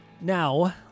Now